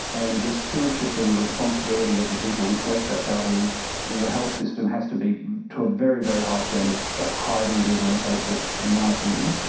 and the stewardship and the responsibility of the people who collect that data in in the health system has to be to a very, very high standard, like higher than google and facebook in my opinion.